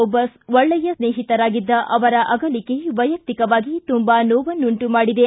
ಒಬ್ಬ ಒಕ್ಕೆಯ ಸ್ನೇಹಿತರಾಗಿದ್ದ ಅವರ ಅಗಲಿಕೆ ವೈಯಕ್ತಿಕವಾಗಿ ತುಂಬಾ ನೋವನ್ನುಂಟು ಮಾಡಿದೆ